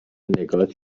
نگات